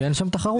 כי אין שם תחרות.